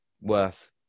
worth